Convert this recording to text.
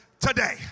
today